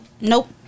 Nope